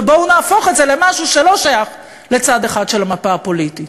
ובואו נהפוך את זה למשהו שלא שייך לצד אחד של המפה הפוליטית.